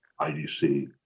IDC